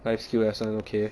life skill lesson okay